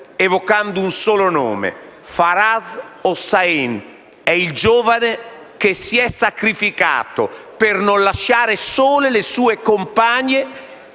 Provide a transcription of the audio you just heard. evocando Faraaz Hossain, il giovane che si è sacrificato per non lasciare sole le sue compagne